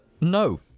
no